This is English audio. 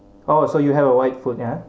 oh so you have a wide foot ya